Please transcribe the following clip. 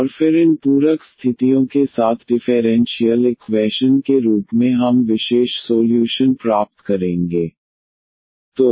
और फिर इन पूरक स्थितियों के साथ डिफेरेंशीयल इक्वैशन के रूप में हम विशेष सोल्यूशन प्राप्त करेंगे